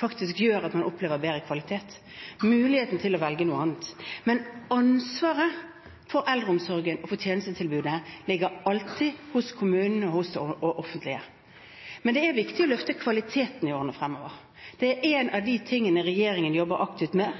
brukervalg – muligheten til å velge noe annet – gjør at man faktisk opplever bedre kvalitet. Men ansvaret for eldreomsorgen og for tjenestetilbudet ligger alltid hos kommunene og hos det offentlige. Men det er viktig å løfte kvaliteten i årene fremover. Det er én av tingene regjeringen jobber aktivt med,